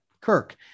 kirk